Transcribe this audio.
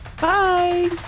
Bye